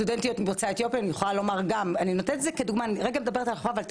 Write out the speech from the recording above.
סטודנטיות ממוצא אתיופי שאתן אותן כדוגמה, היה